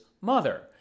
mother